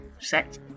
set